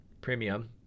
Premium